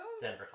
Denver